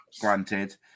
granted